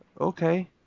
Okay